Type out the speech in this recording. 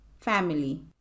family